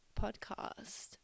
podcast